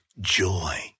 joy